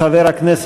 30 בעד,